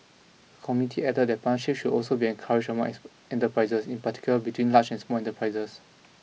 committee added that partnership should also be encouraged among enterprises in particular between large and small enterprises